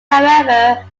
however